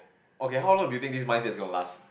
okay how long do you think this mindset is gonna last